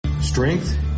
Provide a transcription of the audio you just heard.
Strength